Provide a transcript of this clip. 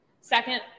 Second